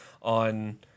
on